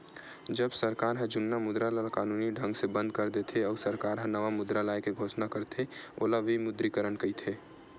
जब सरकार ह जुन्ना मुद्रा ल कानूनी ढंग ले बंद कर देथे, अउ सरकार ह नवा मुद्रा लाए के घोसना करथे ओला विमुद्रीकरन कहिथे